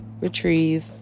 Retrieve